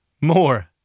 More